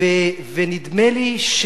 נדמה לי,